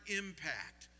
impact